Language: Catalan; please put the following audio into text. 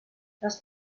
les